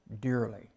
dearly